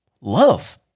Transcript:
love